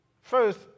First